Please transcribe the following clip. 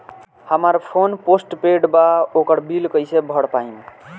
हमार phone postpaid बा ओकर बिल कईसे भर पाएम?